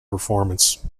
performance